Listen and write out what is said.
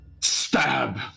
stab